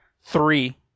three